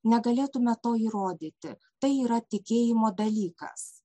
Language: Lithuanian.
negalėtume to įrodyti tai yra tikėjimo dalykas